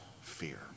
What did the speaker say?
fear